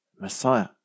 Messiah